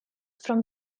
from